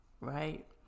right